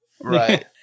Right